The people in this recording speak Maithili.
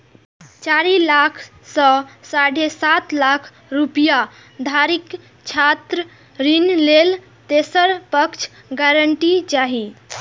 चारि लाख सं साढ़े सात लाख रुपैया धरिक छात्र ऋण लेल तेसर पक्षक गारंटी चाही